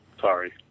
sorry